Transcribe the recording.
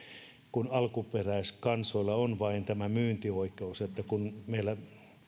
kun vain alkuperäiskansoilla on tämä myyntioikeus ja kun meillä